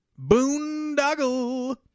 boondoggle